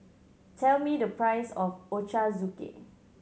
tell me the price of Ochazuke